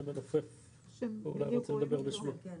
אני אדבר, ברשותכם,